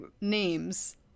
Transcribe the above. names